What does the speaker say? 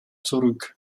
zurück